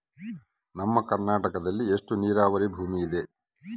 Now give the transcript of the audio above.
ನಮ್ಮ ಕರ್ನಾಟಕದಲ್ಲಿ ಎಷ್ಟು ನೇರಾವರಿ ಭೂಮಿ ಇದೆ?